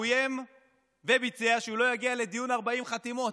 הוא איים וביצע שהוא לא יגיע לדיון 40 חתימות.